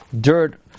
dirt